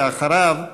ואחריו,